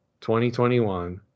2021